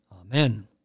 Amen